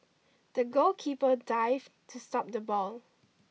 the goalkeeper dived to stop the ball